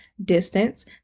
distance